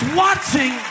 watching